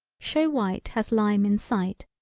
show white has lime in sight,